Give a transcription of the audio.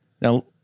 Now